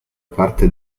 parte